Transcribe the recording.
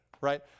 right